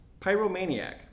Pyromaniac